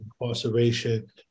incarceration